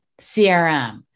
CRM